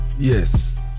Yes